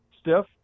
stiff